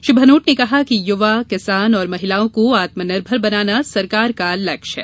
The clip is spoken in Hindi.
श्री भनोट ने कहा कि युवा किसान और महिलाओं को आत्मनिर्भर बनाना सरकार का लक्ष्य है